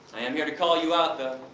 i'm here to call you out, though.